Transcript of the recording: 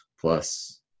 plus